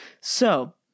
So-